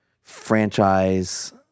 franchise